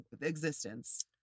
existence